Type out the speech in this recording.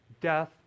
death